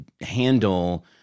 handle